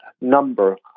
number